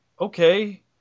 okay